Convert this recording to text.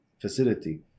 facility